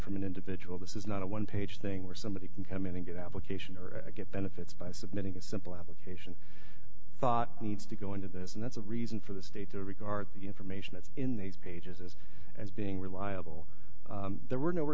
from an individual this is not a one page thing where somebody can come in and get application or get benefits by submitting a simple application thought needs to go into this and that's a reason for the state to regard the information that's in these pages as as being reliable there were no over